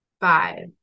five